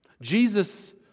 Jesus